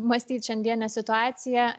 mąstyt šiandienę situaciją